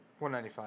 195